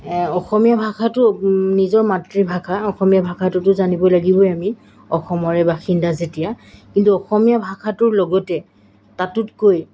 অসমীয়া ভাষাটো নিজৰ মাতৃভাষা অসমীয়া ভাষাটোতো জানিব লাগিবই আমি অসমৰে বাসিন্দা যেতিয়া কিন্তু অসমীয়া ভাষাটোৰ লগতে তাতোতকৈ